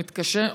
הוא מתקשר,